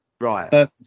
Right